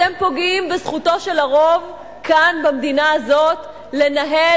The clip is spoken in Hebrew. אתם פוגעים בזכותו של הרוב כאן במדינה הזאת לנהל